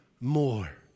more